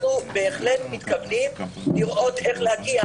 אנחנו בהחלט מתכוונים לראות איך להגיע